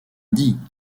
dit